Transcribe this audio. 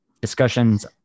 discussions